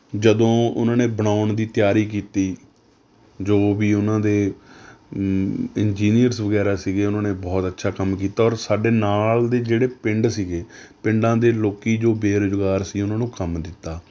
ਜਦੋਂ ਉਹਨਾਂ ਨੇ ਬਣਾਉਣ ਦੀ ਤਿਆਰੀ ਕੀਤੀ ਜੋ ਵੀ ਉਹਨਾਂ ਦੇ ਇੰਜੀਨੀਅਰਸ ਬਗੈਰਾ ਸੀਗੇ ਉਹਨਾਂ ਨੇ ਬਹੁਤ ਅੱਛਾ ਕੰਮ ਕੀਤਾ ਔਰ ਸਾਡੇ ਨਾਲ ਦੇ ਜਿਹੜੇ ਪਿੰਡ ਸੀਗੇ ਪਿੰਡਾਂ ਦੇ ਲੋਕ ਜੋ ਬੇਰੁਜ਼ਗਾਰ ਸੀ ਉਹਨਾਂ ਨੂੰ ਕੰਮ ਦਿੱਤਾ